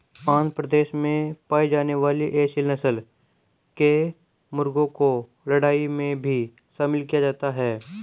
आंध्र प्रदेश में पाई जाने वाली एसील नस्ल के मुर्गों को लड़ाई में भी शामिल किया जाता है